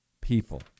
people